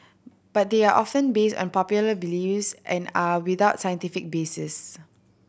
but they are often based on popular beliefs and are without scientific basis